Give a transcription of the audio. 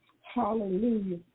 Hallelujah